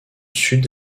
sud